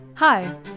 Hi